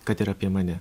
kad ir apie mane